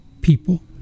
people